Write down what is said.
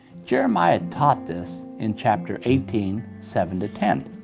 jeremiah taught this in chapter eighteen seven ten.